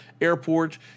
airport